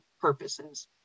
purposes